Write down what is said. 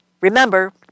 remember